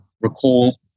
recall